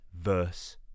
verse